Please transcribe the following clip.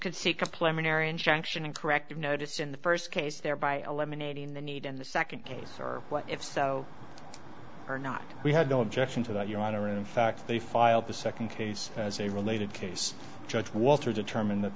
in corrective notice in the first case thereby eliminating the need in the second case or what if so or not we had no objection to that your honor in fact they filed the second case as a related case judge walter determined that